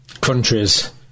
countries